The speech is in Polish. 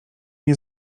nie